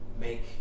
make